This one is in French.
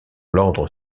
l’ordre